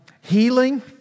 healing